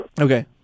Okay